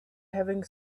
having